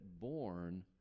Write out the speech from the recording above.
born